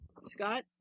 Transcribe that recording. Scott